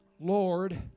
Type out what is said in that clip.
Lord